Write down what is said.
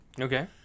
Okay